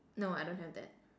no I don't have that